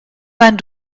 vingt